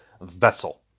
vessel